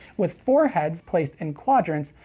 with four heads placed in quadrants,